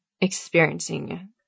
experiencing